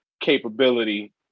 capability